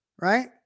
right